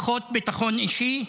פחות ביטחון אישי,